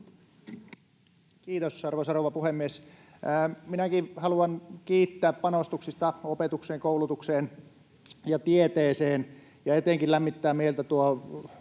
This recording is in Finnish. Kiitos, arvoisa rouva puhemies! Minäkin haluan kiittää panostuksista opetukseen, koulutukseen ja tieteeseen. Etenkin lämmittää mieltä tuo